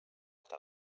tan